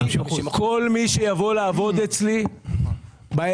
כל מי שיבוא לעבוד אצלי בעסק